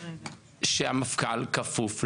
שהמפכ"ל כפוף לשר.